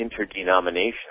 interdenominational